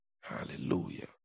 Hallelujah